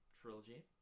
trilogy